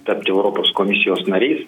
tapti europos komisijos nariais